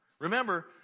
Remember